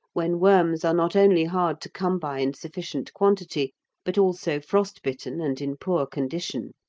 when worms are not only hard to come by in sufficient quantity but also frost-bitten and in poor condition,